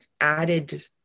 added